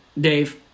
Dave